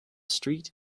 street